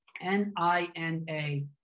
N-I-N-A